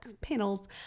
panels